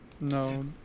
No